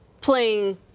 Playing